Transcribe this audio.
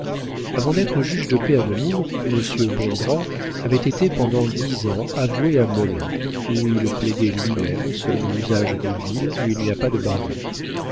avant d'être juge de paix à nemours monsieur bongrand avait été pendant dix ans avoué à melun où il plaidait lui-même selon l'usage des villes où il n'y a pas de barreau